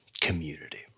community